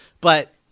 But-